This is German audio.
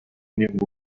nirgendwo